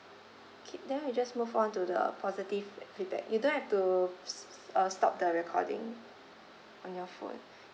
K then we just move on to the positive fe~ feedback you don't have to s~ s~ uh stop the recording on your phone